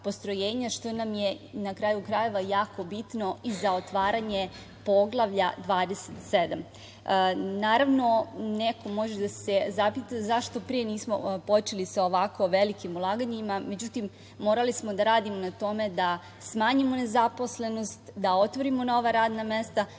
što nam je, na kraju krajeva, jako bitno i za otvaranje Poglavlja 27.Naravno, neko može da se zapita zašto pre nismo počeli sa ovako velikim ulaganjima? Međutim, morali smo da radimo na tome da smanjimo nezaposlenost, da otvorimo nova radna mesta,